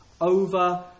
over